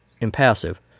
impassive